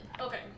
okay